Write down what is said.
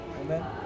Amen